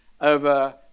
over